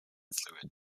fluid